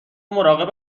مراقب